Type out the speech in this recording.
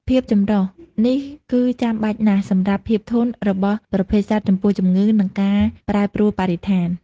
ភាពចម្រុះនេះគឺចាំបាច់ណាស់សម្រាប់ភាពធន់របស់ប្រភេទសត្វចំពោះជំងឺ និងការប្រែប្រួលបរិស្ថាន។